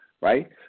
right